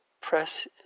press